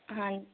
ਹਾਂ